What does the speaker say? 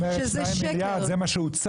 נכון שאת אומרת 2 מיליארד זה מה שהוצא,